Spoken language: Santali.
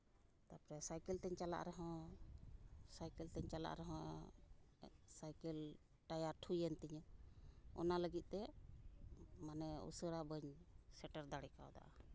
ᱛᱟᱯᱚᱨᱮ ᱥᱟᱭᱠᱮᱹᱞ ᱛᱮᱧ ᱪᱟᱞᱟᱜ ᱨᱮᱦᱚᱸ ᱥᱟᱭᱠᱮᱹᱞ ᱛᱮᱧ ᱪᱟᱞᱟᱜ ᱨᱮᱦᱚᱸ ᱥᱟᱭᱠᱮᱹᱞ ᱴᱟᱭᱟᱨ ᱴᱷᱩᱭᱮᱱ ᱛᱤᱧᱟᱹ ᱚᱱᱟ ᱞᱟᱹᱜᱤᱫ ᱛᱮ ᱢᱟᱱᱮ ᱩᱥᱟᱹᱨᱟ ᱵᱟᱹᱧ ᱥᱮᱴᱮᱨ ᱫᱟᱲᱮ ᱠᱟᱣᱮᱫᱟ